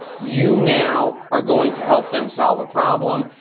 you now are going to help them solve a problem.